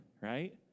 right